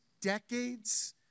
decades